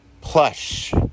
plush